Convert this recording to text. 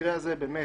ובמקרה הזה באמת